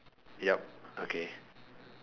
yup okay